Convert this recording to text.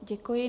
Děkuji.